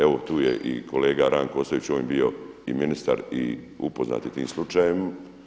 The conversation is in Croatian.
Evo tu je i kolega Ranko Ostojić on je bio i ministar i upoznat je tim slučajem.